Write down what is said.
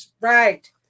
right